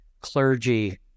clergy